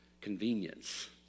convenience